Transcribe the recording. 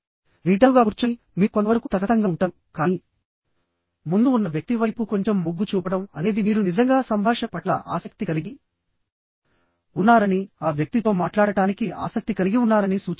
నిటారుగా కూర్చుని మీరు కొంతవరకు తటస్థంగా ఉంటారు కానీ ముందు ఉన్న వ్యక్తి వైపు కొంచెం మొగ్గు చూపడం అనేది మీరు నిజంగా సంభాషణ పట్ల ఆసక్తి కలిగి ఉన్నారని ఆ వ్యక్తితో మాట్లాడటానికి ఆసక్తి కలిగి ఉన్నారని సూచిస్తుంది